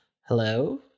Hello